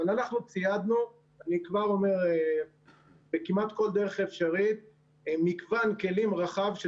אבל אנחנו ציידנו בכמעט כל דרך אפשרית מגוון כלים רחב של